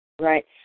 Right